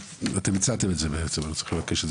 אתם הצעתם את זה אז אני לא צריך לבקש,